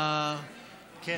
כן,